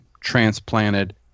transplanted